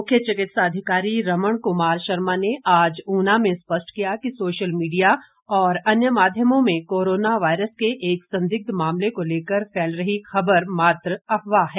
मुख्य चिकित्सा अधिकारी रमण कुमार शर्मा ने आज ऊना में स्पष्ट किया कि सोशल मीडिया और अन्य माध्यमों में कोरोना वायरस के एक संदिग्ध मामले को लेकर फैल रही खबर मात्र अफवाह है